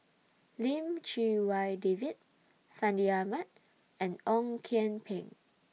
Lim Chee Wai David Fandi Ahmad and Ong Kian Peng